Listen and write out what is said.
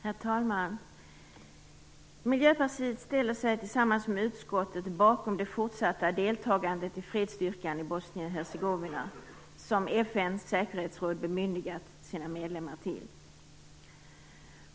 Herr talman! Miljöpartiet ställer sig tillsammans med utskottet bakom det fortsatta deltagandet i fredsstyrkan i Bosnien-Hercegovina som FN:s säkerhetsråd bemyndigat sina medlemmar till.